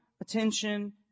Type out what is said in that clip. attention